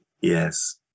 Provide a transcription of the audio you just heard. Yes